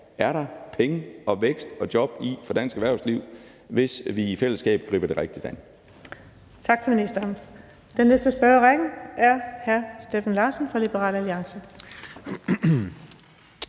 er der penge og vækst og job i for dansk erhvervsliv, hvis vi i fællesskab griber det rigtigt an.